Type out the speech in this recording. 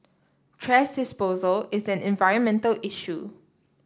thrash disposal is an environmental issue